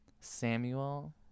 Samuel